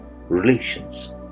relations